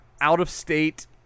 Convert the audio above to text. out-of-state